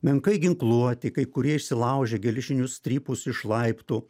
menkai ginkluoti kai kurie išsilaužę geležinius strypus iš laiptų